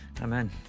Amen